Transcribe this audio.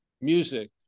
music